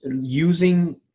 using